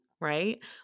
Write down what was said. Right